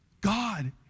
God